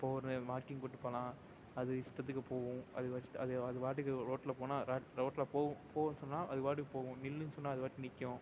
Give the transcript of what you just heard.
இப்போ ஒரு வாக்கிங் கூப்பிட்டுப் போகலாம் அது இஷ்டத்துக்குப் போகும் அது அது அது பாட்டுக்கு ரோட்டில் போனால் ரோட்டில் போகும் போன்னு சொன்னால் அது பாட்டுக்கு போகும் நில்லுன்னு சொன்னால் அது பாட்டுக்கு நிக்கும்